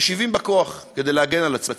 משיבים בכוח, כדי להגן על עצמנו.